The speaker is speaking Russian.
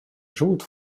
живут